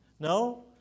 No